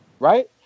Right